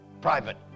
private